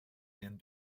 and